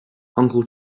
uncle